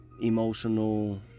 emotional